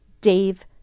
Dave